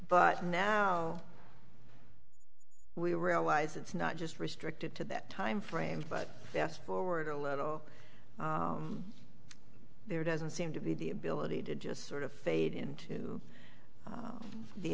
but now we realize it's not just restricted to that time frame but yes forward a little there doesn't seem to be the ability to just sort of fade into